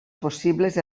possibles